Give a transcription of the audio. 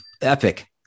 epic